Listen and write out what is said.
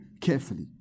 carefully